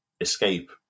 escape